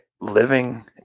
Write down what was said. living